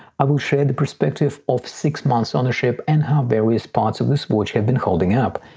i will share the perspective of six months ownership and how various parts of this watch have been holding up.